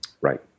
Right